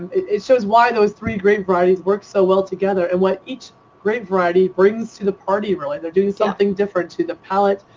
it shows why those three grape varieties work so well together and what each grape variety brings to the party really. they're doing something differ to the palate,